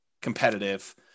competitive